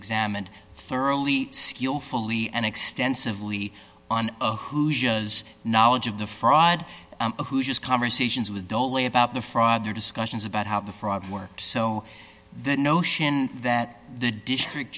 examined thoroughly skillfully and extensively on who she has knowledge of the fraud who just conversations with ollie about the fraud their discussions about how the fraud worked so the notion that the district